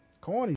Corny